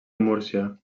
múrcia